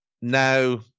Now